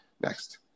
Next